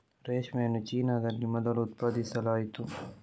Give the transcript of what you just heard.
ರೇಷ್ಮೆಯನ್ನು ಚೀನಾದಲ್ಲಿ ಮೊದಲು ಉತ್ಪಾದಿಸಲಾಯಿತು